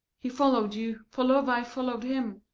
he followed you for love i followed him